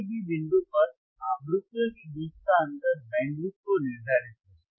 तो 3 db बिंदु पर आवृत्तियों के बीच का अंतर बैंडविथ को निर्धारित करेगा